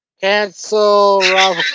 Cancel